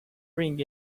ring